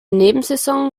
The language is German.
nebensaison